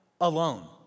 alone